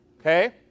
okay